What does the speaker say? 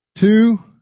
Two